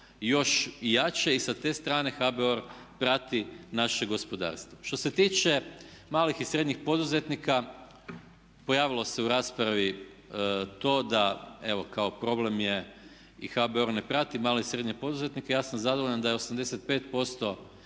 još i jače i sa te strane HBOR prati naše gospodarstvo. Što se tiče malih i srednjih poduzetnika, pojavilo se u raspravi to da evo kao problem je i HBOR ne prati male i srednje poduzetnike, ja sam zadovoljan da je 85%